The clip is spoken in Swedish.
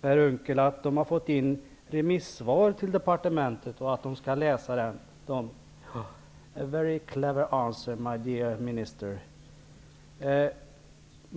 Per Unckel att departementet har fått in remissvar som de skall läsa där.